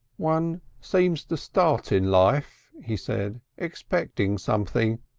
one seems to start in life, he said, expecting something.